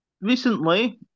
recently